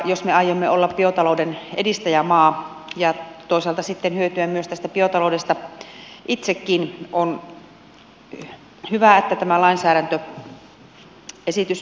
jos me aiomme olla biotalouden edistäjämaa ja toisaalta sitten hyötyä myös tästä biotaloudesta itsekin on hyvä että tämä lainsäädäntöesitys nyt on tullut